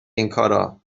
اینکارا